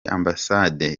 ambasade